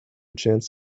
chance